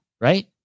right